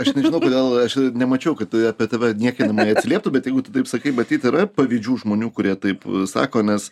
aš nežinau kodėl aš nemačiau kad apie tave niekinamai atsilieptų bet jeigu tu taip sakai matyt yra pavydžių žmonių kurie taip sako nes